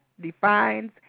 defines